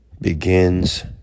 begins